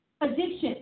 Addiction